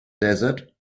desert